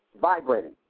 vibrating